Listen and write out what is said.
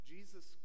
Jesus